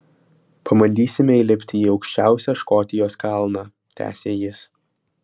pabandysime įlipti į aukščiausią škotijos kalną tęsė jis